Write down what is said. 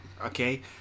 okay